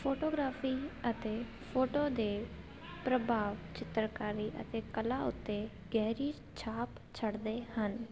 photography ਅਤੇ photo ਦੇ ਪ੍ਰਭਾਵ ਚਿੱਤਰਕਾਰੀ ਅਤੇ ਕਲਾ ਉੱਤੇ ਗਹਿਰੀ ਛਾਪ ਛੱਡਦੇ ਹਨ